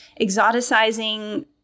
exoticizing